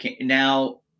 Now